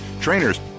trainers